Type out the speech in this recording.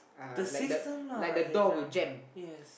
the system lah it yeah yes